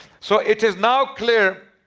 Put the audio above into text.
so it is now clear.